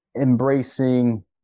Embracing